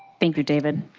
thank you david.